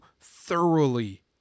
thoroughly